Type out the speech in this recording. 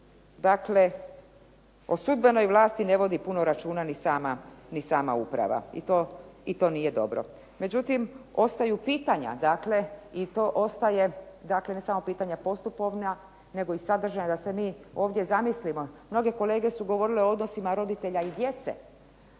Dakle, o sudbenoj vlasti ne vodi puno računa ni sama uprava i to nije dobro, međutim ostaju pitanja dakle i to ostaje dakle ne samo pitanja postupovna nego i sadržajna, da se mi ovdje zamislimo. Mnoge kolege su govorile o odnosima roditelja i djece,